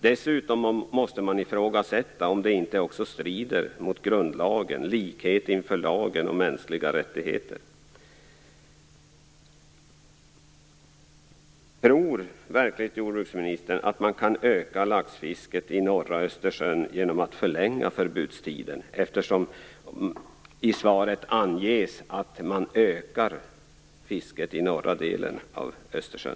Dessutom måste man ifrågasätta om det inte också strider mot grundlagen och principerna om likhet inför lagen och mänskliga rättigheter. Tror verkligen jordbruksministern att man kan öka laxfisket i norra Östersjön genom att förlänga förbudstiden? I svaret anges ju att man ökar fisket i norra delen av Östersjön.